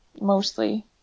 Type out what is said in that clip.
mostly